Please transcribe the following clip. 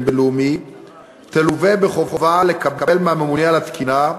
בין-לאומי תלווה בחובה לקבל מהממונה על התקינה,